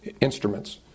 instruments